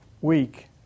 week